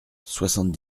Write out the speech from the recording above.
soixante